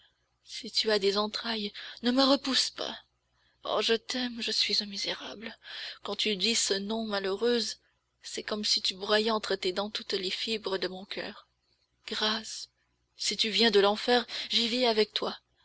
si tu as des entrailles ne me repousse pas oh je t'aime je suis un misérable quand tu dis ce nom malheureuse c'est comme si tu broyais entre tes dents toutes les fibres de mon coeur grâce si tu viens de l'enfer j'y vais avec toi